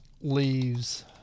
leaves